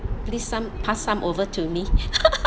please some pass some over to me